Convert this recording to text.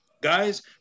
Guys